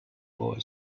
boy